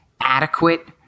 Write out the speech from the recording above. adequate